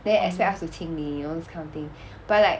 then expect us to 清理 you know this kind of thing but like